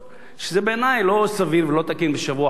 בעיני זה לא סביר ולא תקין בשבוע האחרון של הכנסת.